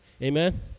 Amen